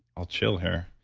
i'll chill here.